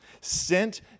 sent